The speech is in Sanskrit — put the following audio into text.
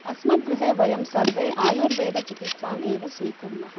अस्मद् गृहे वयं सर्वे आयुर्वेदचिकित्साम् एव स्वीकुर्मः